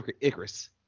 icarus